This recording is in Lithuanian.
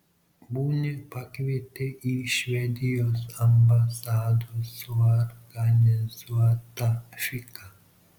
bunį pakvietė į švedijos ambasados suorganizuotą fiką